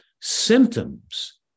symptoms